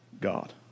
God